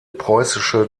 preußische